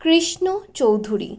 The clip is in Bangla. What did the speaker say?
কৃষ্ণ চৌধুরী